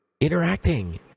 interacting